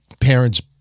parents